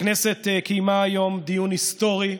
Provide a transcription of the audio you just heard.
הכנסת קיימה היום דיון היסטורי,